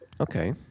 Okay